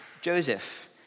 Joseph